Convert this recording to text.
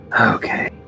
Okay